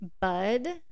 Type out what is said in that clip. bud